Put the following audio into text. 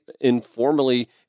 informally